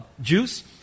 juice